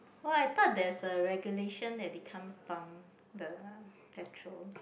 !wah! I thought there's a regulation that they can't pump the petrol